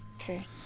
Okay